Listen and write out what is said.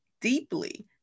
deeply